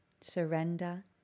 surrender